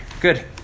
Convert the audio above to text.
Good